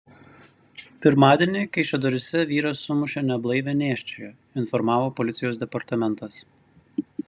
pirmadienį kaišiadoryse vyras sumušė neblaivią nėščiąją informavo policijos departamentas